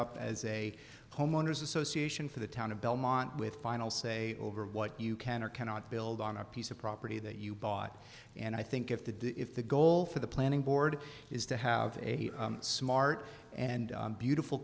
up as a homeowner's association for the town of belmont with final say over what you can or cannot build on a piece of property that you bought and i think if the if the goal for the planning board is to have a smart and beautiful